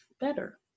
better